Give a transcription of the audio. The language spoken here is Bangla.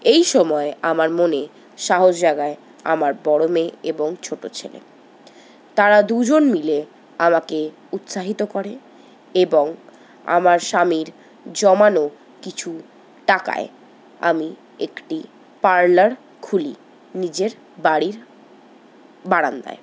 এই সময় আমার মনে সাহস জাগায় আমার বড়ো মেয়ে এবং ছোটো ছেলে তারা দুজন মিলে আমাকে উৎসাহিত করে এবং আমার স্বামীর জমানো কিছু টাকায় আমি একটি পার্লার খুলি নিজের বাড়ির বারান্দায়